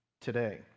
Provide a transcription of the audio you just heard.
today